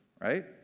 right